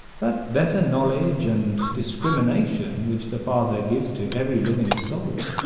that better knowledge and discrimination which the father gives to every living soul,